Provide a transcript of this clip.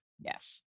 Yes